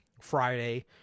Friday